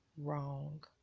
wrong